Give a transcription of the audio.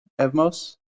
evmos